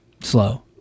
slow